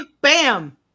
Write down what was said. bam